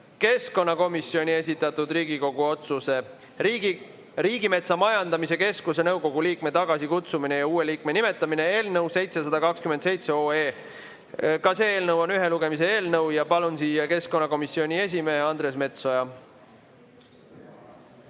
keskkonnakomisjoni esitatud Riigikogu otsuse "Riigimetsa Majandamise Keskuse nõukogu liikme tagasikutsumine ja uue liikme nimetamine" eelnõu 727. Ka see eelnõu on ühe lugemise eelnõu. Palun siia keskkonnakomisjoni esimehe Andres Metsoja.